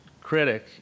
critic